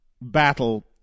battle